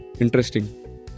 Interesting